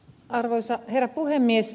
arvoisa herra puhemies